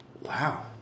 Wow